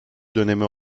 dönemi